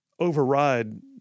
override